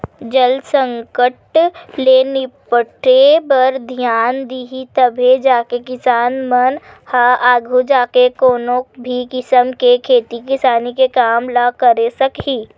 जल संकट ले निपटे बर धियान दिही तभे जाके किसान मन ह आघू जाके कोनो भी किसम के खेती किसानी के काम ल करे सकही